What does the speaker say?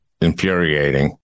infuriating